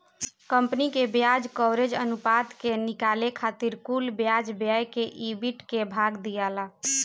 company के ब्याज coverage अनुपात के निकाले खातिर कुल ब्याज व्यय से ईबिट के भाग दियाला